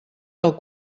del